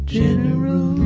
general